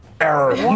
Error